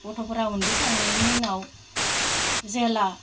गथ'फोरा उनदुखांनायनि उनाव जेब्ला